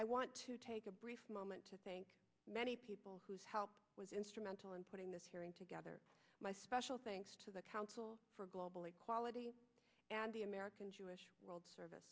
i want to take a brief moment to thank many people whose help was instrumental in putting this hearing together my special thanks to the council for global equality and the american jewish world service